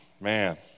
man